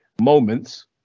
Moments